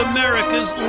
America's